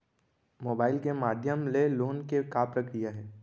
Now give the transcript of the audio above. Mobile के माधयम ले लोन के का प्रक्रिया हे?